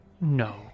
No